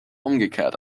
umgekehrt